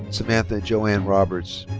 samantha joann roberts.